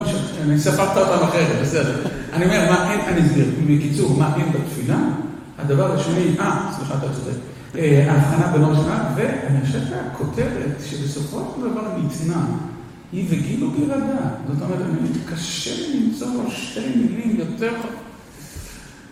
אני אספר את העולם אחרת בסדר אני אומר, מה אין, אני מסביר בקיצור, מה אין בתפילה הדבר השני, אה, סליחה אתה צודק ההכנה בנושמת ואני חושב שהכותרת שבסופו של דבר נמצאה, היא וגילו בי רדה זאת אומרת, נראית קשה למצוא לו שתי מילים יותר